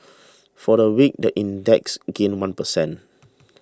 for the week the index gained one per cent